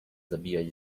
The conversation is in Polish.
zabijać